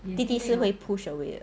弟弟是会 pushed away 的